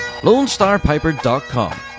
LoneStarPiper.com